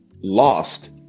lost